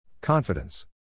Confidence